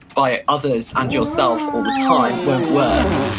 by others and yourself, or with time, won't work.